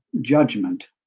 judgment